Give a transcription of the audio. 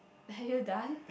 are you done